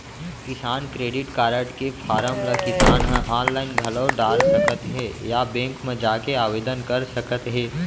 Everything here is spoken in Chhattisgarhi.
किसान क्रेडिट कारड के फारम ल किसान ह आनलाइन घलौ डार सकत हें या बेंक म जाके आवेदन कर सकत हे